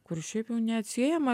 kur šiaip jau neatsiejama